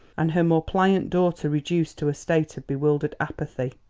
and her more pliant daughter reduced to a state of bewildered apathy.